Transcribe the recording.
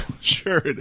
Sure